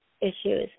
issues